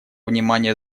внимание